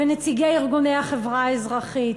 ונציגי ארגוני החברה האזרחית,